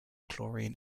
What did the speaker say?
chlorine